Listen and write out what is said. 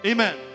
Amen